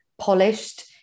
polished